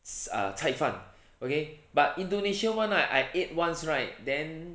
er 菜饭 okay but indonesia [one] right I ate once right then